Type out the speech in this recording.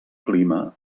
clima